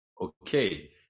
Okay